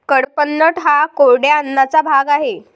कडपह्नट हा कोरड्या अन्नाचा भाग आहे